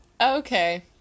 okay